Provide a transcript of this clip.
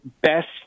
best